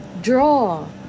draw